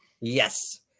Yes